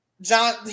John